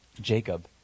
Jacob